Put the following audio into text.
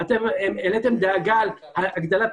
כי אף אחד לא הציג לנו את הנתונים לגבי מדינות